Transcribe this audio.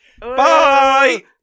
Bye